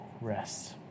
rest